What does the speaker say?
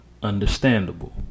understandable